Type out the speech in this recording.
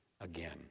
again